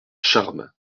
charmes